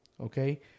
okay